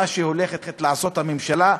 מה שהולכת לעשות הממשלה,